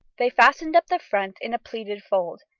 they fastened up the front in a pleated fold,